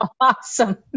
awesome